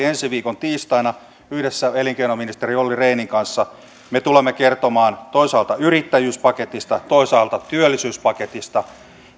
ensi viikon tiistaina yhdessä elinkeinoministeri olli rehnin kanssa me tulemme kertomaan toisaalta yrittäjyyspaketista toisaalta työllisyyspaketista